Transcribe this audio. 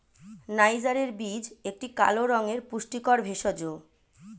নাইজারের বীজ একটি কালো রঙের পুষ্টিকর ভেষজ